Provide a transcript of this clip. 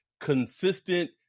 consistent